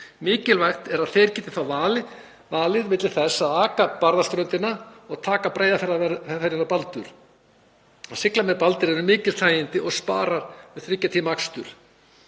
Mikilvægt er að þeir geti þá valið á milli þess að aka Barðaströndina eða taka Breiðafjarðarferjuna Baldur. Að sigla með Baldri eru mikil þægindi og sparar þriggja tíma akstur.